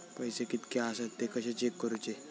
पैसे कीतके आसत ते कशे चेक करूचे?